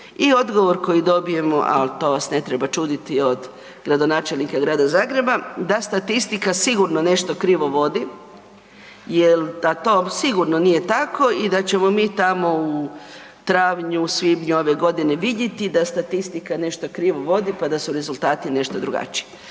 i odgovor koji dobijemo, al to vas ne treba čuditi od gradonačelnika Grada Zagreba da statistika sigurno nešto krivo vodi jel da to sigurno nije tako i da ćemo mi tamo u travnju, svibnju ove godine vidjeti da statistika nešto krivo vodi, pa da su rezultati nešto drugačiji.